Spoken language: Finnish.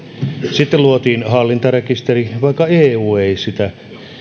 sitten luotiin hallintarekisteri vaikka eu ei sitäkään vaatinut ja nyt sipilän hallitus haluaa